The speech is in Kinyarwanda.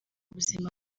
ubuzima